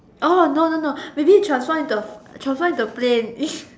no no no maybe transform into a transform into a plane